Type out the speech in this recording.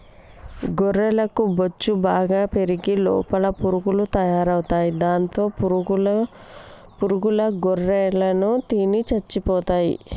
గొర్రెలకు బొచ్చు బాగా పెరిగి లోపల పురుగులు తయారవుతాయి దాంతో పురుగుల గొర్రెలను తిని చచ్చిపోతాయి